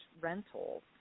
rentals